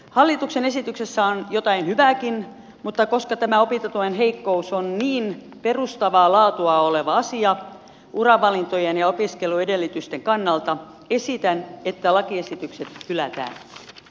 hallituksen esityksessä on jotain hyvääkin mutta koska tämä opintotuen heikkous on niin perustavaa laatua oleva asia uravalintojen ja opiskeluedellytysten kannalta esitän että lakiesitykset hylätään